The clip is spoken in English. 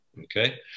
Okay